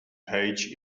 page